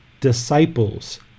disciples